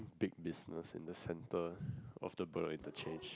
big business in the centre of the Bedok interchange